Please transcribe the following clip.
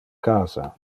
casa